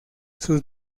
sus